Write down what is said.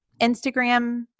Instagram